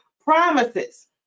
promises